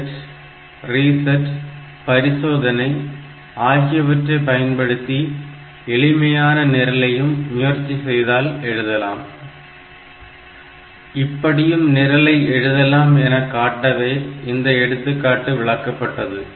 bit set reset பரிசோதனை ஆகியவற்றை பயன்படுத்தி எளிமையான நிரலையும் முயற்சி செய்தால் எழுதலாம் இப்படியும் நிரலை எழுதலாம் எனக் காட்டவே இந்த எடுத்துக்காட்டு விளக்கப்பட்டது